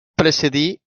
precedir